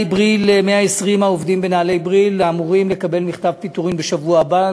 120 העובדים בנעלי "בריל" אמורים לקבל מכתב פיטורין בשבוע הבא,